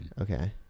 Okay